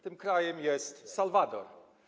Tym krajem jest Salwador.